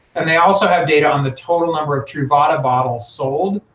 and they also have data on the total number of truvada bottles sold,